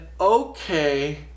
okay